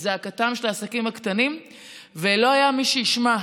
זעקתם של העסקים הקטנים ולא היה מי שישמע.